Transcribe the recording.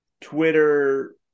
Twitter